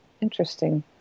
Interesting